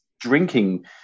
drinking